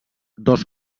dos